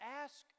ask